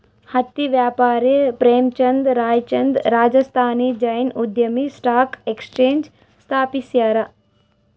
ಹತ್ತಿ ವ್ಯಾಪಾರಿ ಪ್ರೇಮಚಂದ್ ರಾಯ್ಚಂದ್ ರಾಜಸ್ಥಾನಿ ಜೈನ್ ಉದ್ಯಮಿ ಸ್ಟಾಕ್ ಎಕ್ಸ್ಚೇಂಜ್ ಸ್ಥಾಪಿಸ್ಯಾರ